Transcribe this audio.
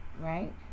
right